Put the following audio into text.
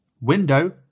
Window